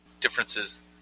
differences